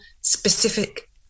specific